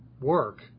work